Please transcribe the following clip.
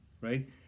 right